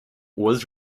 was